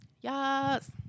yes